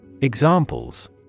Examples